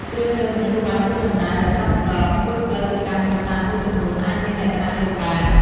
ជ្រើសរើសមធ្យោបាយធ្វើដំណើរដែលសមស្រប ព្រោះផ្លូវទៅកាន់ប្រាសាទមួយចំនួនអាចមានលក្ខណៈលំបាក។